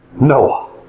Noah